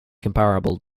comparable